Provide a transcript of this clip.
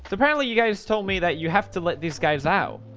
so apparently you guys told me that you have to let these guys out